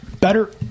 better